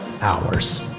hours